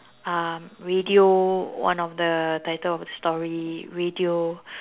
um radio one of the title of the story radio